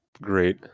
great